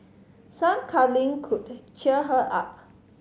some cuddling could cheer her up